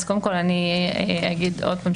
אז קודם כול אני אגיד עוד פעם,